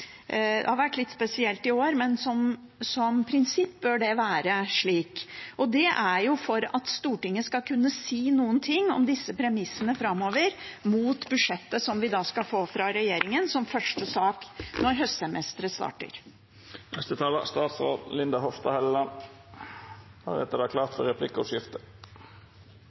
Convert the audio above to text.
Det har vært litt spesielt i år, men som prinsipp bør det være slik. Det er for at Stortinget skal kunne si noe om disse premissene framover mot budsjettet som vi skal få fra regjeringen som første sak når høstsemesteret